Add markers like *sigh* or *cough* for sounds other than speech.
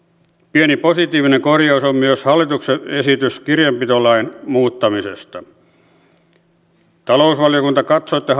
pieni positiivinen korjaus on myös hallituksen esitys kirjanpitolain muuttamisesta talousvaliokunta katsoo että *unintelligible*